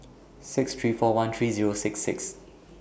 six three four one three Zero six six